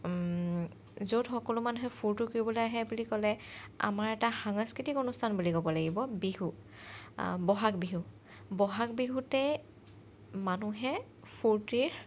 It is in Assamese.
য'ত সকলো মানুহে ফূৰ্ত্তি কৰিবলৈ আহে বুলি ক'লে আমাৰ এটা সাংস্কৃতিক অনুষ্ঠান বুলি ক'ব লাগিব বিহু ব'হাগ বিহু ব'হাগ বিহুতে মানুহে ফূৰ্ত্তিৰ